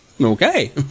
Okay